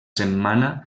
setmana